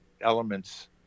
elements